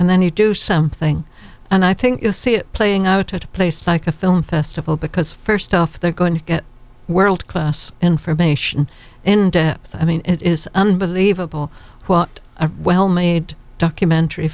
and then you do something and i think you see it playing out at a place like a film festival because first off they're going to get world class information in depth i mean it is unbelievable what a well made documentary